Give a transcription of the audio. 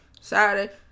Saturday